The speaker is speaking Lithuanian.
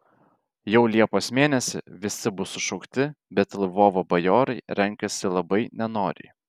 jau liepos mėnesį visi bus sušaukti bet lvovo bajorai renkasi labai nenoriai